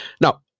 Now